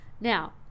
now